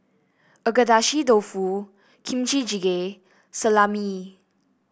Agedashi Dofu Kimchi Jjigae Salami